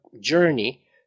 journey